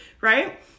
right